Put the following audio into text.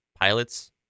pilots